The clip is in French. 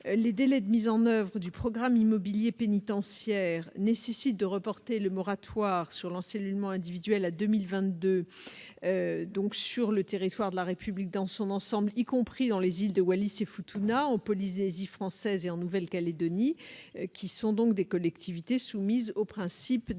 Les délais de mise en oeuvre du programme immobilier pénitentiaire nécessitent de reporter le moratoire sur l'encellulement individuel à 2022 sur le territoire de la République dans son ensemble, y compris les îles de Wallis et Futuna, la Polynésie française et la Nouvelle-Calédonie. Une disposition expresse doit